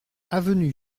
avenue